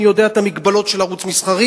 אני יודע את המגבלות של ערוץ מסחרי